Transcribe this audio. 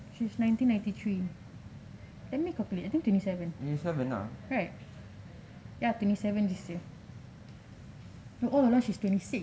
she's nineteen ninety three let me calculate I think twenty seven right ya twenty seven this year oh a'ah lah she's twenty six